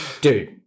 Dude